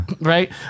Right